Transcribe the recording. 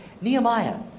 Nehemiah